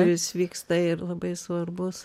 kuris vyksta ir labai svarbus